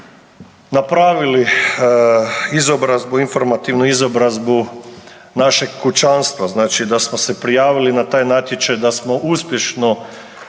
izobrazbu, informativnu izobrazbu našeg kućanstva. Znači da smo se prijavili na taj natječaj, da smo uspješno